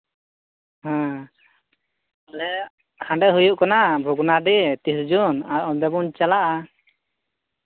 ᱦᱮᱸ ᱟᱞᱮᱭᱟᱜ ᱦᱟᱸᱰᱮ ᱦᱩᱭᱩᱜ ᱠᱟᱱᱟ ᱵᱷᱚᱜᱽᱱᱟᱰᱤ ᱛᱤᱨᱤᱥ ᱡᱩᱱ ᱟᱨ ᱚᱸᱰᱮ ᱵᱚᱱ ᱪᱟᱞᱟᱜᱼᱟ